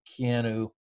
Keanu